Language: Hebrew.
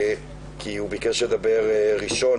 כי הוא ביקש לדבר ראשון,